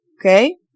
Okay